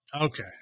Okay